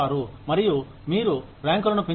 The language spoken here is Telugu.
మరియు మీరు ర్యాంకులను పెంచుతారు